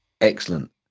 Excellent